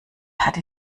hatte